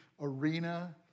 arena